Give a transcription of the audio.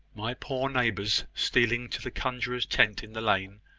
my poor neighbours stealing to the conjuror's tent in the lane,